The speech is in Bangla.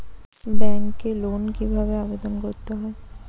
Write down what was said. ব্যাংকে লোন কিভাবে আবেদন করতে হয়?